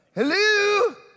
Hello